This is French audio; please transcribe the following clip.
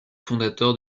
fondateurs